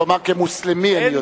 הוא אמר: כמוסלמי אני יודע,